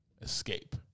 escape